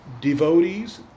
devotees